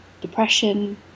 depression